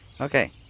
Okay